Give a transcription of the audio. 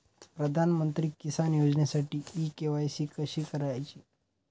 प्रधानमंत्री किसान योजनेसाठी इ के.वाय.सी कशी करायची?